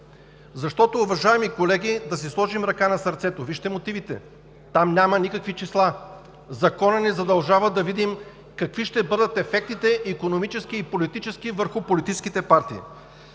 Защото, уважаеми колеги, да си сложим ръка на сърцето – вижте мотивите, там няма никакви числа. Законът ни задължава да видим какви ще бъдат ефектите – икономически и политически, върху политическите партии.